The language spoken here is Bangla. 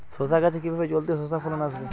শশা গাছে কিভাবে জলদি শশা ফলন আসবে?